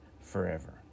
forever